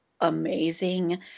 amazing